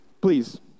Please